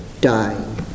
dying